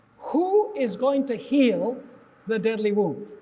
who is going to heal the deadly wound?